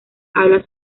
habla